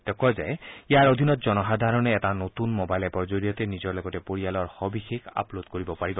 তেওঁ কয় যে ইয়াৰ অধীনত জনসাধাৰণে এটা নতুন ম'বাইল এ'পৰ জৰিয়তে নিজৰ লগতে পৰিয়ালৰ সৱিশেষ আপলোড কৰিব পাৰিব